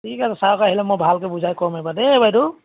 ঠিক আছে ছাৰক আহিলে মই ভালকৈ বুজাই ক'ম এইবাৰ দেই বাইদেউ